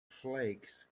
flakes